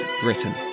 Britain